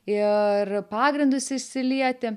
ir pagrindus išsilieti